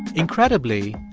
incredibly,